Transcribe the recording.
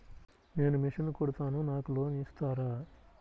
నేను మిషన్ కుడతాను నాకు లోన్ ఇస్తారా?